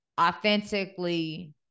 authentically